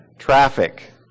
Traffic